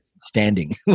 standing